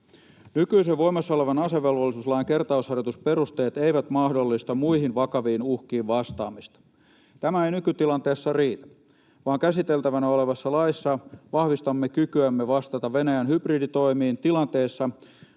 Nykyisen voimassa olevan asevelvollisuuslain kertausharjoitusperusteet eivät mahdollista muihin vakaviin uhkiin vastaamista. Tämä ei nykytilanteessa riitä, vaan käsiteltävänä olevassa laissa vahvistamme kykyämme vastata Venäjän hybriditoimiin tilanteissa,